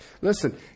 Listen